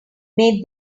made